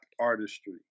artistry